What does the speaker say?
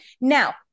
Now